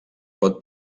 pot